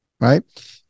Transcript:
right